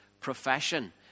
profession